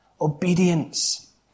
Obedience